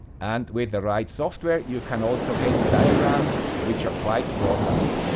and with the right software, you can also get diagrams which are quite broadband.